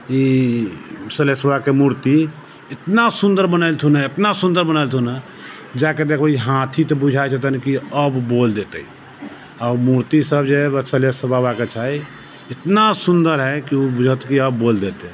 ई सलेश बाबा के मूर्ति इतना सुन्दर बनेलथून हँ इतना सुन्दर बनेलथून हँ जाके देखबै हाथी तऽ बुझै जेतैन जे अब बोल देतै आ मूर्ति सब जे छै सलेस बाबा के छै इतना सुन्दर है कि ओ बुझत की अब बोल देतै